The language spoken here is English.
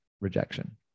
rejection